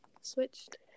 switched